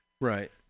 Right